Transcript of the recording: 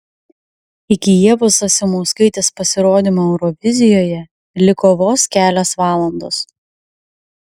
iki ievos zasimauskaitės pasirodymo eurovizijoje liko vos kelios valandos